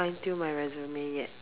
finetune my resume yet